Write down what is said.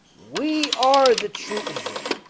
we are the true israel